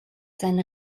sein